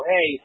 Hey